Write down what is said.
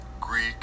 Greek